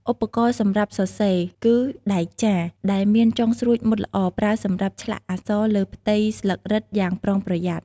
ឧបករណ៍សម្រាប់សរសេរ គឺដែកចារ ដែលមានចុងស្រួចមុតល្អ ប្រើសម្រាប់ឆ្លាក់អក្សរលើផ្ទៃស្លឹករឹតយ៉ាងប្រុងប្រយ័ត្ន។